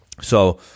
So-